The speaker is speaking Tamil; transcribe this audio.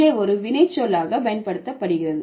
இங்கே ஒரு வினைச்சொல்லாக பயன்படுத்தப்படுகிறது